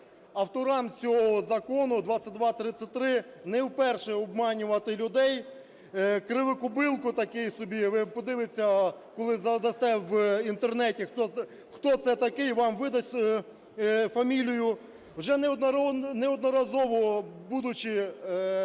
авторам цього Закону 2233 не вперше обманювати людей. Кривокобилко такий собі - ви подивитесь, коли задасте в Інтернеті, хто це такий, вам видасть фамілію, - вже неодноразово будучи,